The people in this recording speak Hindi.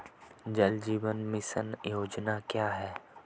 जल जीवन मिशन योजना क्या है?